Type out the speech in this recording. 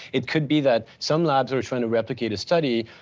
it could be that some labs are trying to replicate a study.